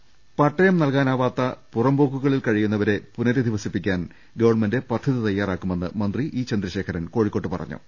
ദർവ്വെട്ടറ പട്ടയം നൽകാനാവാത്ത പുറംപോക്കുകളിൽ കഴിയുന്നവരെ പുനരധി വസിപ്പിക്കാൻ ഗവൺമെന്റ് പദ്ധതി തയ്യാറാക്കുമെന്ന് മന്ത്രി ഇ ചന്ദ്രശേഖ രൻ കോഴിക്കോട്ട് പറഞ്ഞു